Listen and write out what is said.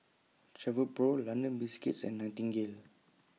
Travelpro London Biscuits and Nightingale